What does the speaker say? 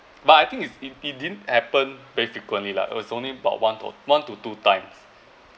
but I think it's it it didn't happen very frequently lah it was only about one or one to two times